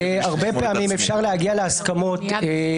מה קרה לו הבוקר?